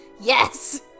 yes